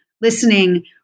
listening